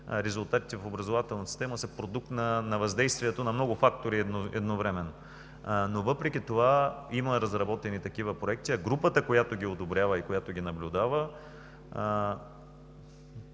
резултатите в образователната система са продукт на въздействието на много фактори едновременно. Въпреки това има разработени такива проекти, а групата, която ги одобрява и която ги наблюдава